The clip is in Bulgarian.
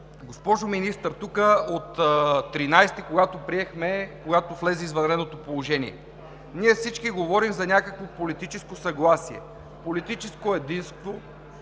Госпожо Министър, тук от 13-и, когато влезе извънредното положение, ние всички говорим за някакво политическо съгласие, политическо единство,